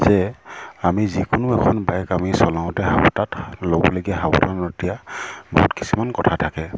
যে আমি যিকোনো এখন বাইক আমি চলাওঁতে সাৱ তাত ল'বলগীয়া সাৱধানতাৰ বহুত কিছুমান কথা থাকে